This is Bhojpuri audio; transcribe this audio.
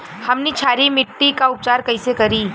हमनी क्षारीय मिट्टी क उपचार कइसे करी?